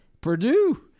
Purdue